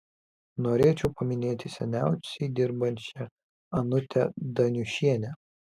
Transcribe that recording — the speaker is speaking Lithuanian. norėčiau paminėti seniausiai dirbančią onutę daniušienę